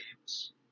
games